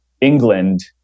England